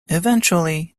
eventually